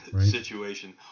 situation